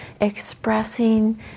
expressing